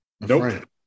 nope